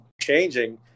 changing